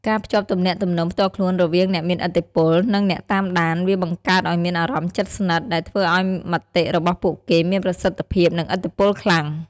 ការភ្ជាប់ទំនាក់ទំនងផ្ទាល់ខ្លួនរវាងអ្នកមានឥទ្ធិពល និងអ្នកតាមដាន វាបង្កើតឱ្យមានអារម្មណ៍ជិតស្និទ្ធ ដែលធ្វើឱ្យមតិរបស់ពួកគេមានប្រសិទ្ធិភាព និងឥទ្ធិពលខ្លាំង។